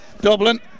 Dublin